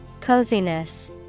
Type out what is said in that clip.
Coziness